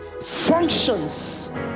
functions